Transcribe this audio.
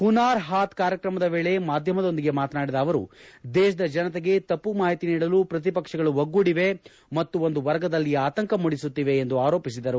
ಹುನಾರ್ ಹಾತ್ ಕಾರ್ಯಕ್ರಮದ ವೇಳೆ ಮಾಧ್ಯಮದೊಂದಿಗೆ ಮಾತನಾಡಿದ ಅವರು ದೇಶದ ಜನತೆಗೆ ತಪ್ಪು ಮಾಹಿತಿ ನೀಡಲು ಪ್ರತಿಪಕ್ಷಗಳು ಒಗ್ಗೂಡಿವೆ ಮತ್ತು ಒಂದು ವರ್ಗದಲ್ಲಿ ಆತಂಕ ಮೂಡಿಸುತ್ತಿವೆ ಎಂದು ಆರೋಪಿಸಿದರು